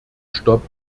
stopp